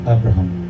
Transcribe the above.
Abraham